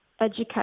Education